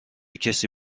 کسی